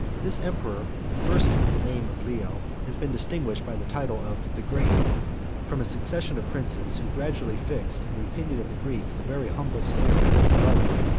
this emperor, the first of the name of leo, has been distinguished by the title of the great from a succession of princes, who gradually fixed in the opinion of the greeks a very humble standard of heroic,